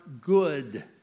good